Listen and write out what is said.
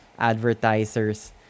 advertisers